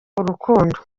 urukundo